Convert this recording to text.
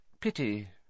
Pity